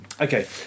Okay